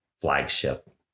flagship